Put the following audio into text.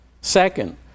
Second